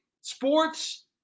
Sports